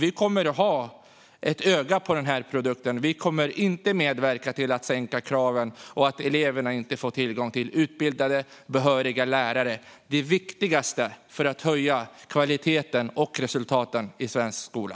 Vi kommer att hålla ett öga på den produkten. Vi kommer inte att medverka till att sänka kraven så att eleverna inte får tillgång till utbildade, behöriga lärare, för det är det viktigaste för att höja kvaliteten och resultaten i svensk skola.